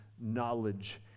knowledge